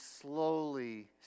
slowly